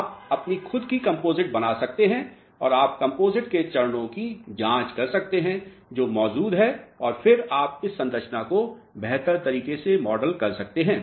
आप अपनी खुद की कंपोजिट बना सकते हैं और आप कंपोजिट के चरणों की जांच कर सकते हैं जो मौजूद हैं और फिर आप इस संरचना को बेहतर तरीके से मॉडल कर सकते हैं